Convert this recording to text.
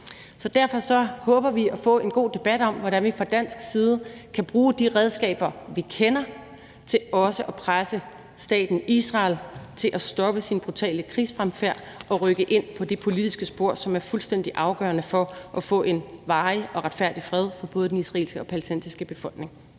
Derfor håber vi på at få en god debat om, hvordan vi fra dansk side kan bruge de redskaber, vi kender, til også at presse staten Israel til at stoppe sin brutale krigsfremfærd og rykke ind på det politiske spor, som er fuldstændig afgørende for at få en varig og retfærdig fred for både den israelske og den palæstinensiske befolkning.